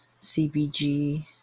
CBG